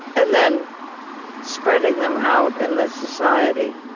and then spreading them out in the society,